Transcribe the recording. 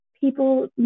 people